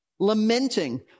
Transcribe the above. lamenting